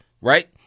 Right